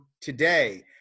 today